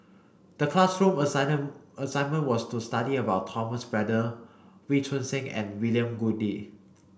the classroom assigned assignment was to study about Thomas Braddell Wee Choon Seng and William Goode